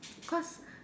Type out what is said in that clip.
cause